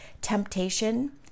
temptation